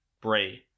Bray